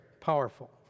powerful